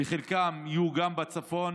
וחלקם יהיו גם בצפון.